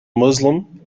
muslim